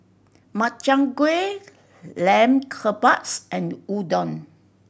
Makchang Gui Lamb Kebabs and Udon